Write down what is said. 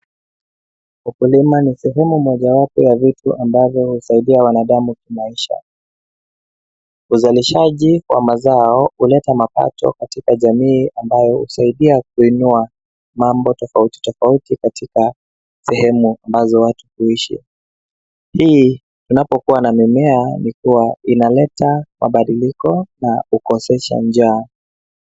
Ukulima ni sehemu mojawapo ya vitu ambavyo husaidia wanadamu kimaisha. Uzalishaji wa mazao huleta mapato katika jamii ambayo husaidia kuinua mambo tofautitofauti katika sehemu ambazo watu huishi. Hii, unapokuwa na mimea ikiwa inaleta mabadiliko na hukosehsa njaa.